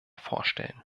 vorstellen